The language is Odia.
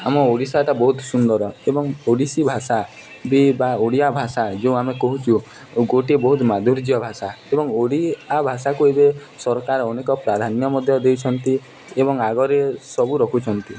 ଆମ ଓଡ଼ିଶାଟା ବହୁତ ସୁନ୍ଦର ଏବଂ ଓଡ଼ିଶୀ ଭାଷା ବି ବା ଓଡ଼ିଆ ଭାଷା ଯେଉଁ ଆମେ କହୁଛୁ ଗୋଟିଏ ବହୁତ ମଧୁର୍ଯ୍ୟ ଭାଷା ଏବଂ ଓଡ଼ିଆ ଭାଷାକୁ ଏବେ ସରକାର ଅନେକ ପ୍ରାଧାନ୍ୟ ମଧ୍ୟ ଦେଇଛନ୍ତି ଏବଂ ଆଗରେ ସବୁ ରଖୁଛନ୍ତି